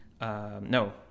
No